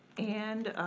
and